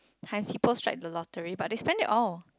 times strike the lottery but they spent it all